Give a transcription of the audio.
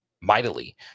mightily